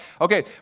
Okay